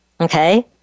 Okay